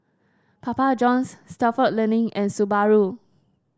Papa Johns Stalford Learning and Subaru